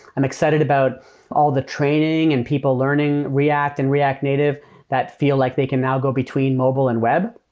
i'm excited about all the training and people learning react and react native that feel like they can now go between mobile and web.